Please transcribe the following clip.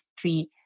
three